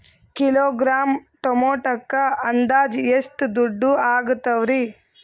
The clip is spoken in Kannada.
ಕಿಲೋಗ್ರಾಂ ಟೊಮೆಟೊಕ್ಕ ಅಂದಾಜ್ ಎಷ್ಟ ದುಡ್ಡ ಅಗತವರಿ?